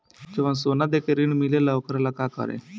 जवन सोना दे के ऋण मिलेला वोकरा ला का करी?